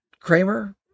Kramer